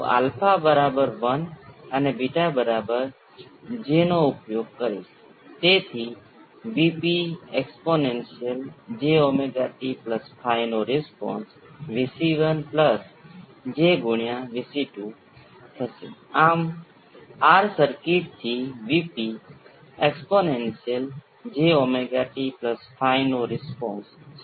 આ સર્કિટમાં ડાબી બાજુએ સ્પષ્ટ પ્રકારનો તફાવત જો તમે આપેલ L અને C માટે R વધારતા જશો તો તમે ડેમ્પિંગ ફેક્ટર વધારશો અથવા ક્વોલિટી ફેક્ટર ઘટાડશો જ્યાં આમાં જો તમે R ને જમણી બાજુએ વધારતા જાઓ છો ત્યારે તમે ડેમ્પિંગ ફેક્ટર ઘટાડશો અને ક્વાલિટી ફેક્ટર વધારશો